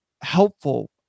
helpful